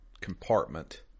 compartment